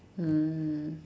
mm